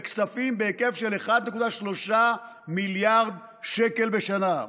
בכספים בהיקף של 1.3 מיליארד שקל בשנה.